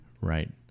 Right